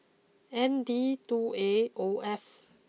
N D two A O F